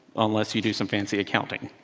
unless you do some fancy accounting.